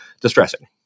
distressing